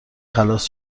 خلاص